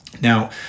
Now